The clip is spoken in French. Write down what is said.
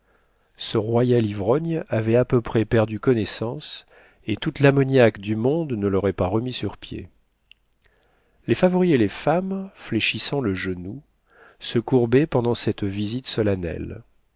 ce royal ivrogne avait à peu près perdu connaissance et tout l'ammoniaque du monde ne laurait pas remis sur pied les favoris et les femmes fléchissant le genou se courbaient pendant cette visite solennelle